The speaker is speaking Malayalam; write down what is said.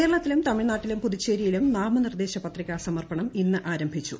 കേരളത്തിലും ത്മിഴ്നാട്ടിലും പുതുച്ചേരിയിലും ന് നാമനിർദ്ദേശ പത്രിക സമർപ്പണം ഇന്ന് ആരംഭിച്ചു